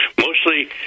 Mostly